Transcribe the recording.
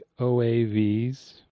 OAVs